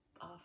off